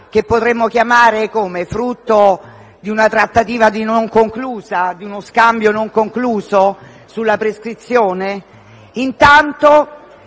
che potremmo chiamare come? Come "frutto di una trattativa non conclusa", di uno scambio non concluso, sulla prescrizione?